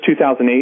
2008